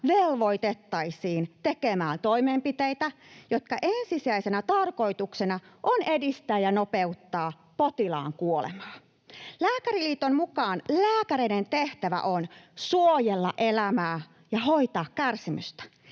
velvoitettaisiin tekemään toimenpiteitä, joiden ensisijaisena tarkoituksena on edistää ja nopeuttaa potilaan kuolemaa. Lääkäriliiton mukaan lääkäreiden tehtävä on suojella elämää ja hoitaa kärsimystä